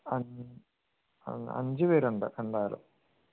അ അഞ്ചു പേരുണ്ട് എന്തായാലും